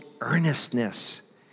earnestness